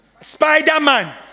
Spider-Man